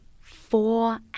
four